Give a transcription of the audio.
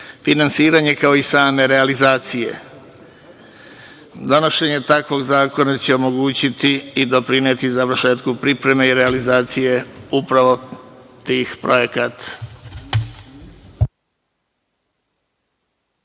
finansiranje, kao i same realizacije. Donošenjem takvog zakona će omogućiti i doprineti završetku pripreme i realizacije upravo tih projekata.